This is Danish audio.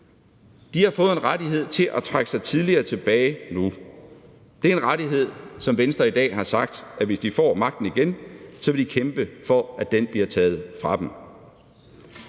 De har nu fået en rettighed til at trække sig tidligere tilbage – det er en rettighed, om hvilken Venstre i dag har sagt, at hvis de får magten igen, vil de kæmpe for, at den bliver taget fra dem.